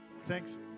Thanks